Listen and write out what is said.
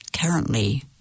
currently